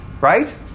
Right